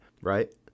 right